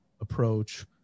approach